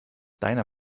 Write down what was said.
deiner